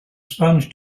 sponge